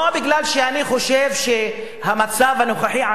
לא מפני שאני חושב שהמצב הנוכחי הוא